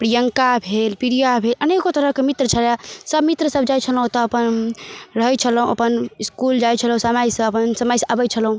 प्रियङ्का भेल प्रिया भेल अनेको तरहके मित्र छलै सभ मित्रसभ जाइ छलहुँ ओतऽ अपन रहै छलहुँ अपन इसकुल जाइ छलहुँ समयसँ अपन समयसँ आबै छलहुँ